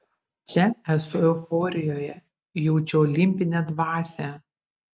čia esu euforijoje jaučiu olimpinę dvasią